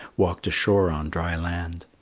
walked ashore on dry land.